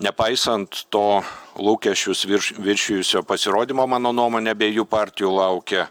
nepaisant to lūkesčius virš viršijusio pasirodymo mano nuomone abiejų partijų laukia